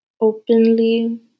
openly